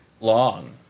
long